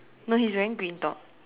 no he's wearing green top